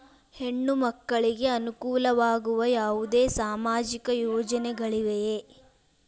ಹೆಣ್ಣು ಮಕ್ಕಳಿಗೆ ಅನುಕೂಲವಾಗುವ ಯಾವುದೇ ಸಾಮಾಜಿಕ ಯೋಜನೆಗಳಿವೆಯೇ?